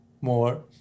more